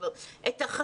אבל מקבלי ההחלטות,